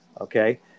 Okay